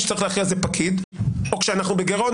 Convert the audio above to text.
מי שצריך להכריע זה פקיד או כשאנחנו בגירעון,